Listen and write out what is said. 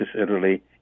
Italy